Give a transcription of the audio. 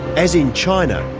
as in china,